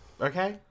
Okay